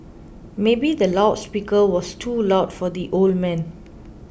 maybe the loud speaker was too loud for the old man